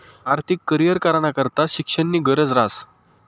आर्थिक करीयर कराना करता शिक्षणनी गरज ह्रास